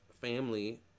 family